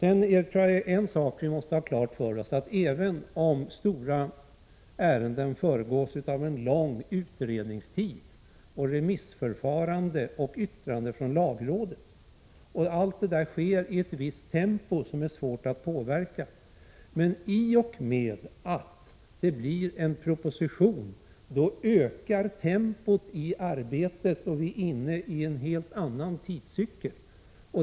En sak som vi måste ha klart för oss är att även om stora ärenden föregås av en lång utredningstid, remissförfarande, yttrande från lagrådet och allt det där sker i ett visst tempo som är svårt att påverka, så ökar tempot i och med att en proposition har lagts fram. Vi är då inne i en helt annan tidscykel.